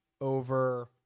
Over